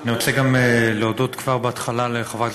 אני רוצה להודות כבר בהתחלה לחברת